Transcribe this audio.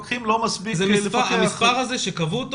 המספר הזה שנקבע,